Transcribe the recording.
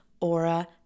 Aura